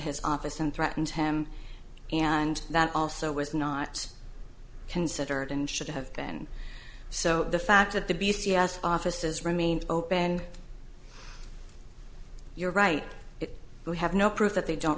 his office and threatened him and that also was not considered and should have been so the fact that the b c s offices remain open your right to have no proof that they don't